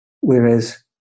Whereas